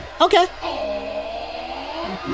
Okay